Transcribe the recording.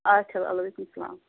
اچھا وعلیکُم سلام